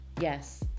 yes